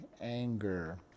anger